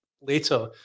later